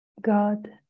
God